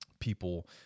people